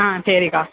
ஆ சரிக்கா